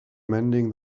mending